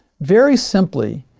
very simply,